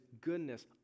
goodness